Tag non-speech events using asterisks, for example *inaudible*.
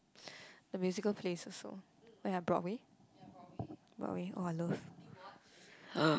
*breath* the musical places also we have Broadway *noise* Broadway oh I love *noise*